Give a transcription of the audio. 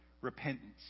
repentance